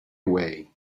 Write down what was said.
away